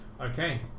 Okay